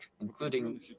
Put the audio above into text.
including